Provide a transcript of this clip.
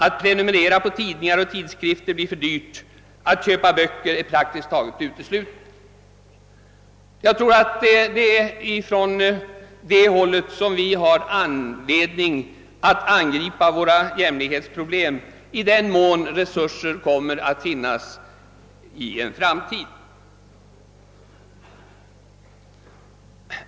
Att prenumerera på tidningar och tidskrifter blir för dyrt, att köpa böcker är praktiskt taget uteslutet.» Jag tror att det är från det hållet vi har att angripa våra jämlikhetsproblem, i den mån resurser i en framtid kommer att finnas.